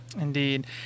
Indeed